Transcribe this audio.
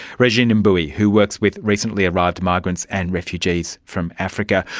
regine and mbuyi, who works with recently arrived migrants and refugees from africa.